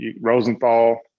Rosenthal